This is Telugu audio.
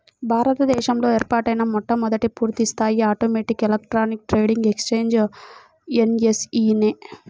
భారత దేశంలో ఏర్పాటైన మొట్టమొదటి పూర్తిస్థాయి automatic electronic trading exchange NSE నే